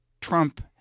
Trump –